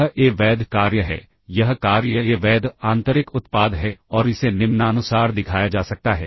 यह ए वैध कार्य है यह कार्य ए वैध आंतरिक उत्पाद है और इसे निम्नानुसार दिखाया जा सकता है